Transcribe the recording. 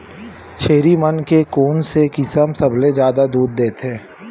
छेरी मन के कोन से किसम सबले जादा दूध देथे?